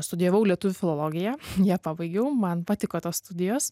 studijavau lietuvių filologiją ją pabaigiau man patiko tos studijos